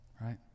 right